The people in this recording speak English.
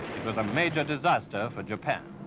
it was a major disaster for japan.